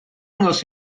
dangos